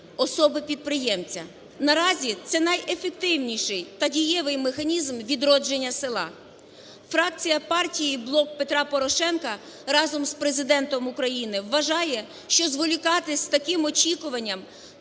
особи-підприємця. Наразі це найефективніший та дієвий механізм відродження села. Фракція партії "Блок Петра Порошенка" разом з Президентом України вважає, що зволікати з такими очікуваним